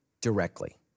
directly